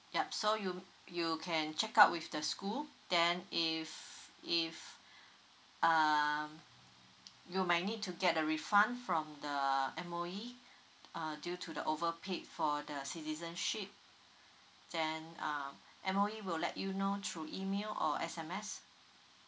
yup so you you can check out with the school then if if um you might need to get the refund from the M_O_E uh due to the overpaid for the citizenship then uh M_O_E will let you know through email or S_M_S